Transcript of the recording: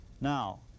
Now